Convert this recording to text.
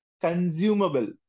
consumable